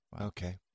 Okay